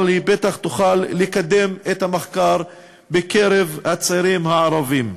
אבל היא בטח תוכל לקדם את המחקר בקרב הצעירים הערבים.